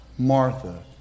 Martha